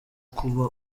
kuba